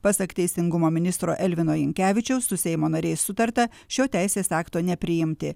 pasak teisingumo ministro elvino jankevičiaus su seimo nariais sutarta šio teisės akto nepriimti